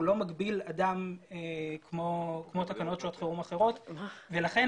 הוא לא מגביל אדם כמו תקנות שעות חירום אחרות ולכן